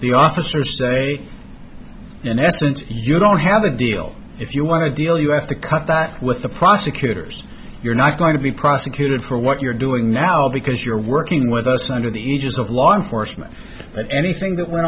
the officers say in essence you don't have a deal if you want to deal you have to cut that with the prosecutors you're not going to be prosecuted for what you're doing now because you're working with us under the aegis of law enforcement and anything that went